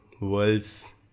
world's